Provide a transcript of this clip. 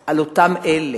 על אותם אלה